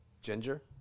ginger